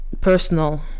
personal